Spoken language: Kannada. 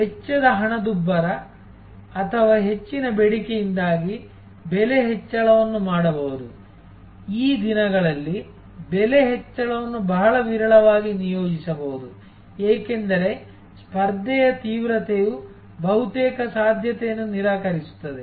ವೆಚ್ಚದ ಹಣದುಬ್ಬರ ಅಥವಾ ಹೆಚ್ಚಿನ ಬೇಡಿಕೆಯಿಂದಾಗಿ ಬೆಲೆ ಹೆಚ್ಚಳವನ್ನು ಮಾಡಬಹುದು ಈ ದಿನಗಳಲ್ಲಿ ಬೆಲೆ ಹೆಚ್ಚಳವನ್ನು ಬಹಳ ವಿರಳವಾಗಿ ನಿಯೋಜಿಸಬಹುದು ಏಕೆಂದರೆ ಸ್ಪರ್ಧೆಯ ತೀವ್ರತೆಯು ಬಹುತೇಕ ಸಾಧ್ಯತೆಯನ್ನು ನಿರಾಕರಿಸುತ್ತದೆ